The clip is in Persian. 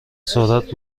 سرعت